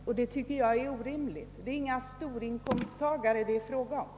Jag anser att detta är orimligt. Det är inga storinkomsttagare det här gäller.